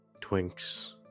Twinks